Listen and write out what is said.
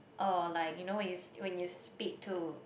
or like you know when you when you speak to